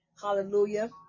hallelujah